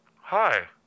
Hi